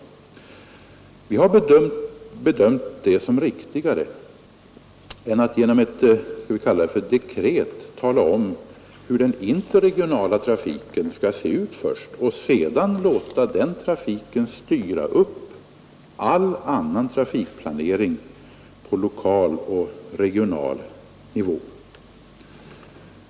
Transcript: Vi har bedömt det som riktigare än att genom låt mig säga ett dekret först tala om hur den interregionala trafiken skall se ut och sedan låta den trafiken styra all annan trafikplanering på lokal och regional nivå.